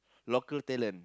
local talent